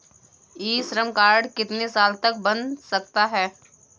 ई Shram card कितने साल तक बन सकता है?